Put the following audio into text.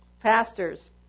pastors